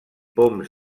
poms